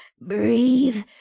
Breathe